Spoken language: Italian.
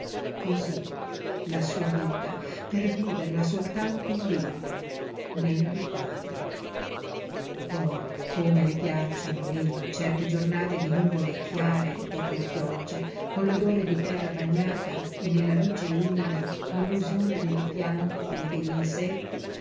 la sua vita per viverla soltanto lí nel ricordo oh come le piacciono lí certe giornate di nuvole chiare dopo le piogge con l'odore di terra bagnata e nella luce umida l'illusione delle piante e degl'insetti